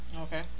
Okay